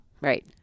Right